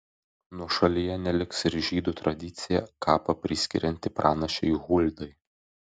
nuošalyje neliks ir žydų tradicija kapą priskirianti pranašei huldai